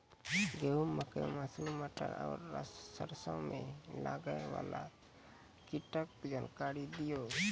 गेहूँ, मकई, मसूर, मटर आर सरसों मे लागै वाला कीटक जानकरी दियो?